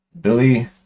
Billy